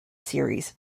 series